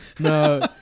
No